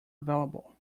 available